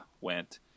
went